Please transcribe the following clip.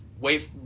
wait